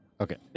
Okay